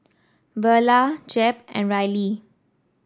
Verla Jep and Rylie